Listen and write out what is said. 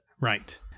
Right